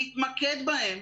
נתמקד בהם,